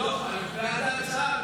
שתקבע ועדת הכנסת